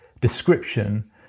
description